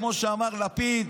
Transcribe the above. כמו שאמר לפיד.